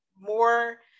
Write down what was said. more